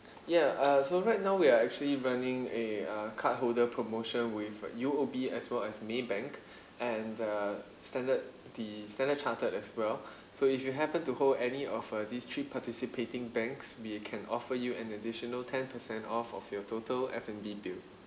ya uh so right now we're actually running a uh card holder promotion with U_O_B as well as maybank and uh standard the standard chartered as well so if you happen to hold any of uh these three participating banks we can offer you an additional ten percent off of your total f and d bill